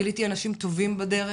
גיליתי אנשים טובים בדרך,